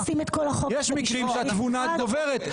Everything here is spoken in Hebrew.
יש מקרים שהתבונה גוברת.